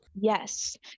yes